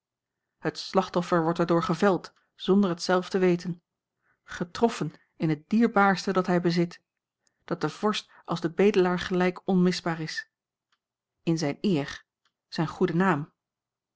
het slachtoffer wordt er door geveld zonder het zelf te weten getroffen in het dierbaarste dat hij bezit dat den vorst als den bedelaar gelijk onmisbaar is in zijn eer zijn goeden naam